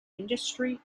industry